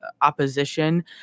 opposition